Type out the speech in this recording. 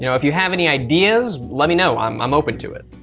you know if you have any ideas, let me know. i'm i'm open to it.